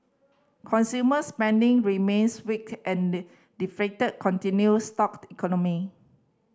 consumer spending remains weak and continue stalk the economy